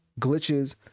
glitches